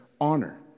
honor